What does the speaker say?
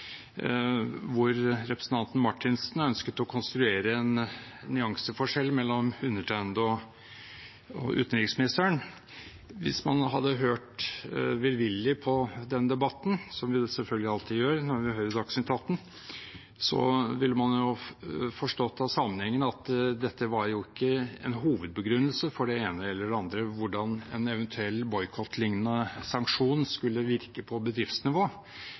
hvor representanten Marthinsen ønsket å konstruere en nyanseforskjell mellom undertegnede og utenriksministeren: Hvis man hadde hørt velvillig på den debatten, som vi selvfølgelig alltid gjør når vi hører Dagsnytt 18, ville man forstått av sammenhengen at dette ikke var en hovedbegrunnelse for det ene eller det andre, hvordan en eventuell boikottlignende sanksjon skulle virke på bedriftsnivå.